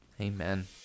Amen